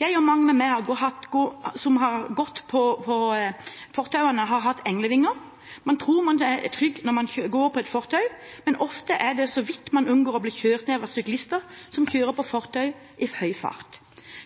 Jeg og mange med meg som har gått på fortauet, har hatt englevakt. Man tror man er trygg når man går på et fortau, men ofte er det så vidt man unngår å bli kjørt ned av syklister som kjører på fortau i høy fart.